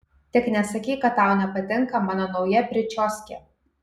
tik nesakyk kad tau nepatinka mano nauja pričioskė